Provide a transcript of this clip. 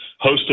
hosted